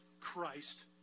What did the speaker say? Christ